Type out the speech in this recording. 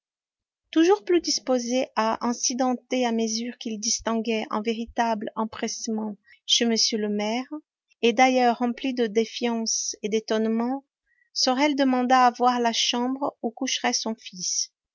toujours plus disposé à incidenter à mesure qu'il distinguait un véritable empressement chez m le maire et d'ailleurs rempli de défiance et d'étonnement sorel demanda à voir la chambre où coucherait son fils